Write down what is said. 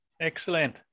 Excellent